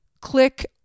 click